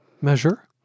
measure